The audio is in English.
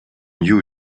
new